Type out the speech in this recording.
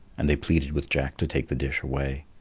and they pleaded with jack to take the dish away.